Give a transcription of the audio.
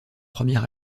premier